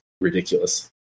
ridiculous